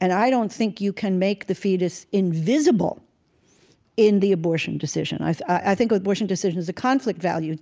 and i don't think you can make the fetus invisible in the abortion decision. i i think abortion decision is a conflict value